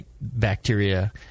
bacteria